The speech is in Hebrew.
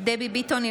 דבי ביטון,